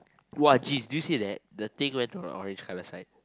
!wah! geez did you see that the thing went to the orange colour side